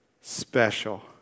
special